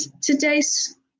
today's